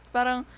Parang